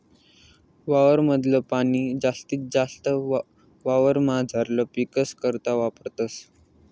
वावर माधल पाणी जास्तीत जास्त वावरमझारला पीकस करता वापरतस